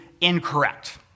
incorrect